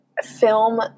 film